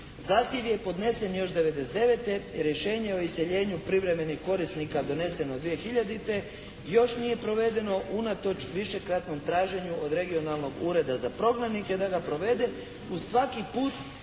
Zahtjev je podnesen još 99. rješenje o iseljenju privremenih korisnika doneseno 2000. još nije provedeno unatoč višekratnom traženju od regionalnog Ureda za prognanike da ga provede, i svaki put